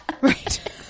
right